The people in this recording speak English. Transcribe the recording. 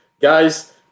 Guys